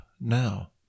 now